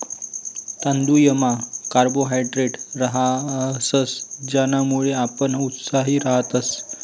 तांदुयमा कार्बोहायड्रेट रहास ज्यानामुये आपण उत्साही रातस